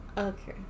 Okay